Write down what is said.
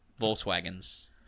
Volkswagens